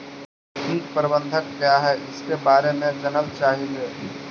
कीट प्रबनदक क्या है ईसके बारे मे जनल चाहेली?